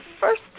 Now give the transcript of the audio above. first